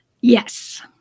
Yes